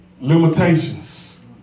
Limitations